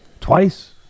Twice